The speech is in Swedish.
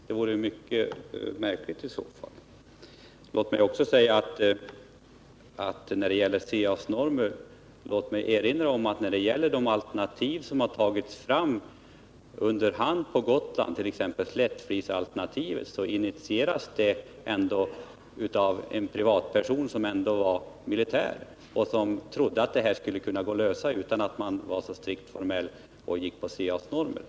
Låt mig också i anslutning till frågan om CA:s normer erinra om att de alternativ som tagits fram på Gotland, t.ex. Slättflisalternativet, har initierats av en person som var militär och som trodde att frågan kunde lösas utan att man var så strikt formell och beaktade CA:s normer.